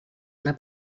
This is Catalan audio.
una